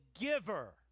giver